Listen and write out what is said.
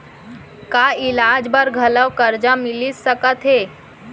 का इलाज बर घलव करजा मिलिस सकत हे?